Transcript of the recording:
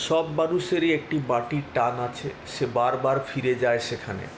সব মানুষেরই একটি মাটির টান আছে সে বার বার ফিরে যায় সেখানে